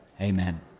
Amen